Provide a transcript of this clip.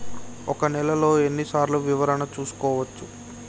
ఒక నెలలో ఎన్ని సార్లు వివరణ చూసుకోవచ్చు?